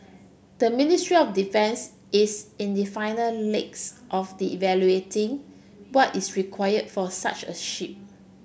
the Ministry of Defence is in the final legs of evaluating what is required for such a ship